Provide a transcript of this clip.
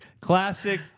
Classic